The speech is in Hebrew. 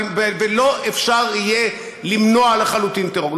ולא יהיה אפשר למנוע לחלוטין טרור,